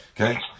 Okay